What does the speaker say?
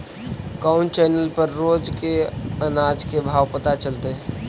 कोन चैनल पर रोज के अनाज के भाव पता चलतै?